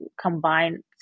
combine